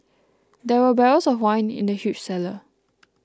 there were barrels of wine in the huge cellar